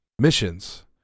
missions